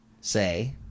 say